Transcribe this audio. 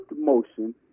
motion